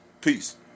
Peace